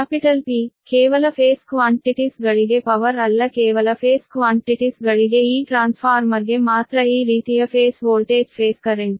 capital P ಕೇವಲ phase quantities ಗಳಿಗೆ power ಅಲ್ಲ ಕೇವಲ ಫೇಸ್ ಕ್ವಾನ್ಟ್ಟಿಟಿಸ್ ಗಳಿಗೆ ಈ ಟ್ರಾನ್ಸ್ಫಾರ್ಮರ್ಗೆ ಮಾತ್ರ ಈ ರೀತಿಯ ಫೇಸ್ ವೋಲ್ಟೇಜ್ ಫೇಸ್ ಕರೆಂಟ್